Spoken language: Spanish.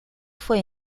fue